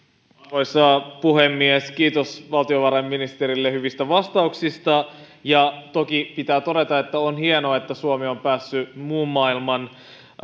arvoisa puhemies kiitos valtiovarainministerille hyvistä vastauksista toki pitää todeta että on hienoa että suomi on päässyt muun maailman